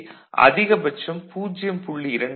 இங்கே அதிகபட்சம் 0